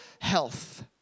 health